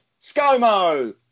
ScoMo